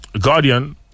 Guardian